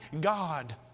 God